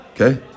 Okay